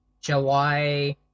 July